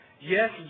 Yes